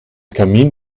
kamin